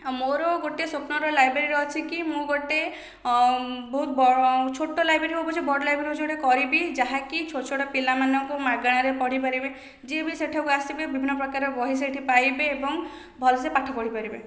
ମୋର ଗୋଟେ ସ୍ୱପ୍ନର ଲାଇବ୍ରେରୀ ଅଛି କି ମୁଁ ଗୋଟେ ବହୁତ ଛୋଟ ଲାଇବ୍ରେରୀ ହେଉ ପଛେ ବଡ ଲାଇବ୍ରେରୀ ହେଉ ପଛେ କରିବି ଯାହାକି ଛୋଟ ଛୋଟ ପିଲାମାନଙ୍କୁ ମାଗଣାରେ ପଢିପାରିବେ ଯିଏ ବି ସେଠାକୁ ଆସିବେ ବିଭିନ୍ନ ପ୍ରକାର ବହି ସେଠି ପାଇବେ ଏବଂ ଭଲ ସେ ପାଠ ପଢିପାରିବେ